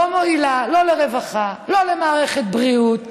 לא מועילה לא לרווחה, לא למערכת בריאות,